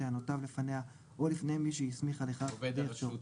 טענותיו לפניה או לפני מי שהסמיכה לכך מטעמה